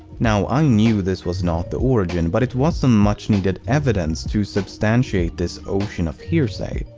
now, i knew this was not the origin, but it was some much-needed evidence to substantiate this ocean of hearsay.